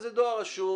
אז זה דואר רשום,